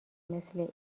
مثل